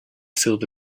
silver